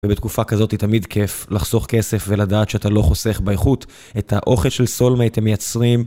ובתקופה כזאתי תמיד כיף לחסוך כסף ולדעת שאתה לא חוסך באיכות, את האוכל של סולמה אתם מייצרים.